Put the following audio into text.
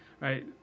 right